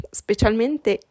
specialmente